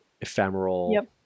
ephemeral